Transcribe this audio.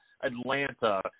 Atlanta